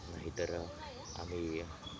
नाहीतर आम्ही